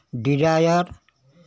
desire